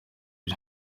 byo